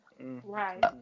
Right